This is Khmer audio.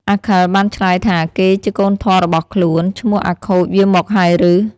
អាខិលបានឆ្លើយថាគេជាកូនធម៌របស់ខ្លួន ឈ្មោះអាខូចវាមកហើយឬ។